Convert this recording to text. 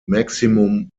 maximum